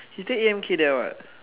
he stay A_M_K there what